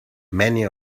many